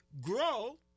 grow